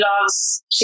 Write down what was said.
loves